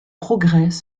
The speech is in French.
progrès